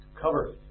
cover